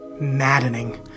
Maddening